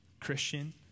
Christian